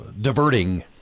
diverting